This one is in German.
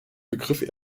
begriff